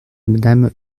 madame